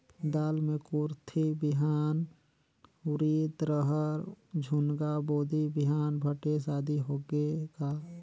दाल मे कुरथी बिहान, उरीद, रहर, झुनगा, बोदी बिहान भटेस आदि होगे का?